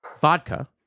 vodka